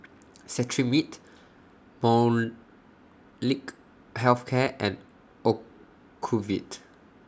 Cetrimide Molnylcke Health Care and Ocuvite